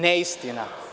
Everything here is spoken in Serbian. Neistina.